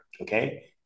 Okay